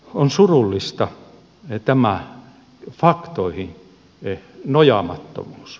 on surullista tämä faktoihin nojaamattomuus